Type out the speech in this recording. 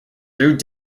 through